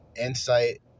insight